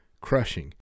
crushing